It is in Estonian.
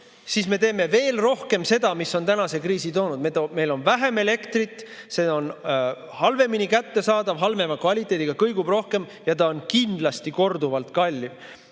siis me tekitame veel rohkem seda, mis on tänase kriisi meile toonud: meil on vähem elektrit, see on halvemini kättesaadav, halvema kvaliteediga, kõigub rohkem ja ta on kindlasti kordades kallim.